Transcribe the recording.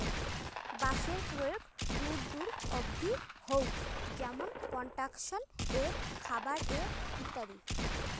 বাঁশের প্রয়োগ দূর দূর অব্দি হউক যেমন কনস্ট্রাকশন এ, খাবার এ ইত্যাদি